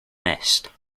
mist